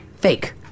Fake